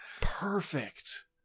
perfect